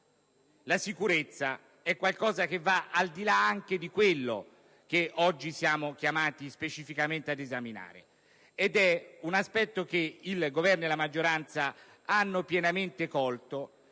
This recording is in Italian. La sicurezza è un qualcosa che va al di là anche di quello che oggi siamo chiamati specificamente ad esaminare. È un aspetto che il Governo e la maggioranza hanno pienamente colto